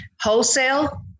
wholesale